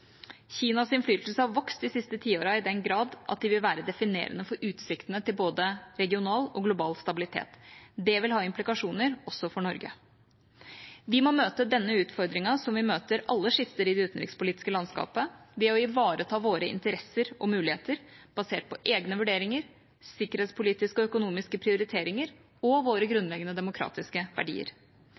Kinas innflytelse har vokst de siste tiårene, i den grad at de vil være definerende for utsiktene til både regional og global stabilitet. Det vil ha implikasjoner også for Norge. Vi må møte denne utfordringen som vi møter alle skifter i det utenrikspolitiske landskapet – ved å ivareta våre interesser og muligheter, basert på egne vurderinger, sikkerhetspolitiske og økonomiske prioriteringer og våre grunnleggende demokratiske verdier.